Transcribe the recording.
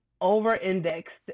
over-indexed